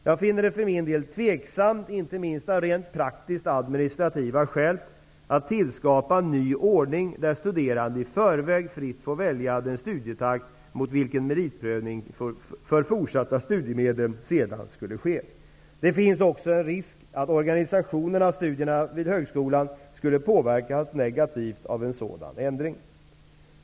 Jag finner det vara tveksamt -- inte minst av rent praktiska administrativa skäl -- att tillskapa en ny ordning där studerande i förväg fritt får välja den studietakt mot vilken meritprövning för fortsatta studiemedel sedan skulle ske. Det finns även en risk att organisationen av studierna vid högskolan skulle påverkas negativt av en sådan ändring.